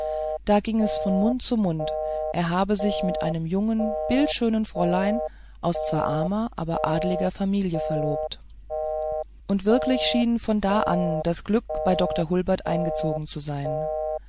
da ging es von mund zu mund er habe sich mit einem jungen bildschönen fräulein aus zwar armer aber adliger familie verlobt und wirklich schien von da an das gluck bei dr hulbert eingezogen zu sein